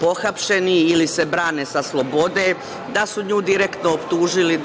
pohapšeni ili se brane sa slobode, da su nju direktno optužili